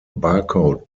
barcode